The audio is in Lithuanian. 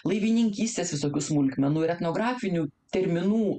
laivininkystės visokių smulkmenų etnografinių terminų